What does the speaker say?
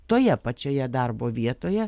toje pačioje darbo vietoje